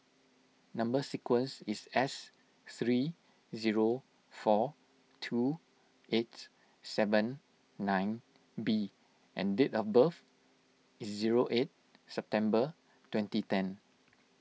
Number Sequence is S three zero four two eight seven nine B and date of birth is zero eight September twenty ten